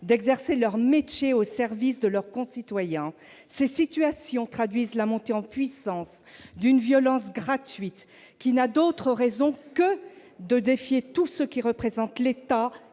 qu'exercer leur métier au service de leurs concitoyens. Ces situations traduisent la montée en puissance d'une violence gratuite, qui n'a d'autre raison d'être que de défier tous ceux qui représentent l'État